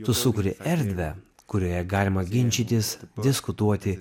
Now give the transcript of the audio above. tu sukuri erdvę kurioje galima ginčytis diskutuoti